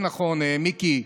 זה כן נכון, מיקי.